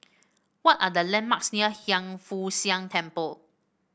what are the landmarks near Hiang Foo Siang Temple